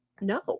no